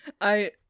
I-